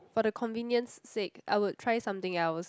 for the convenience sake I would try something else